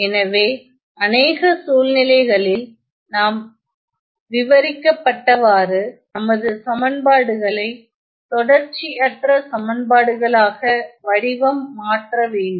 எனவே அநேக சூழ்நிலைகளில் நாம் விவரிக்கப்பட்டவாறு நமது சமன்பாடுகளை தொடர்ச்சியற்ற சமன்பாடுகளாக வடிவம் மாற்ற வேண்டும்